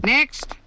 Next